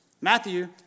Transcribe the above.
Matthew